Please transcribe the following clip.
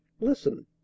listen